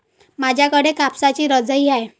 माझ्याकडे कापसाची रजाई आहे